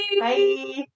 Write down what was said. Bye